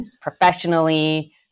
professionally